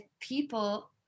people